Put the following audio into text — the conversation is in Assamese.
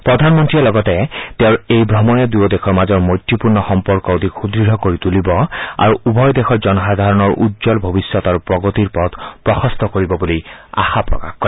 প্ৰধানমন্ত্ৰীয়ে লগতে তেওঁৰ এই ভ্ৰমণে দুয়ো দেশৰ মাজৰ মৈত্ৰীপূৰ্ণ সম্পৰ্ক অধিক সূদঢ় কৰি তুলিব আৰু উভয় দেশৰ জনসাধাৰণৰ উজ্বল ভৱিষ্যৎ আৰু প্ৰগতিৰ পথ প্ৰশস্ত কৰিব বুলি আশা প্ৰকাশ কৰে